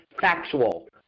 factual